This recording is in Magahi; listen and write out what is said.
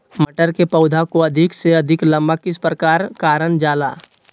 मटर के पौधा को अधिक से अधिक लंबा किस प्रकार कारण जाला?